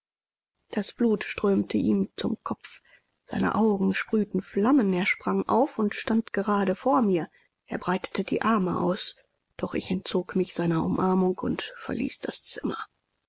das blut strömte ihm zum kopf seine augen sprühten flammen er sprang auf und stand gerade vor mir er breitete die arme aus doch ich entzog mich seiner umarmung und verließ das zimmer